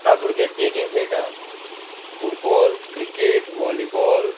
आतां भुरगे ते गेम खेळटा फुटबॉल क्रिकेट वॉलीबॉल